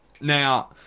Now